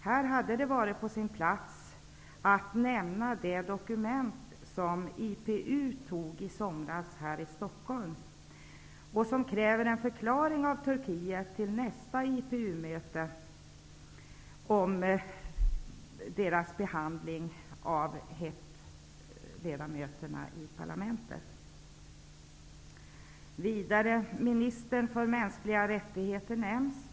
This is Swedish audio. Här hade det varit på sin plats att nämna det dokument som IPU antog i somras här i Stockholm och som kräver en förklaring av Turkiet till nästa IPU-möte om Ministern för mänskliga rättigheter nämns.